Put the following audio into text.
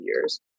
years